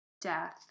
death